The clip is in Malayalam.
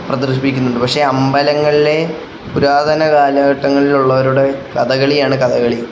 പ്രദർശിപ്പിക്കുന്നുണ്ട് പക്ഷേ അമ്പലങ്ങളിലെ പുരാതന കാലഘട്ടങ്ങളിലുള്ളവരുടെ കഥകളിയാണ് കഥകളി